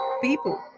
people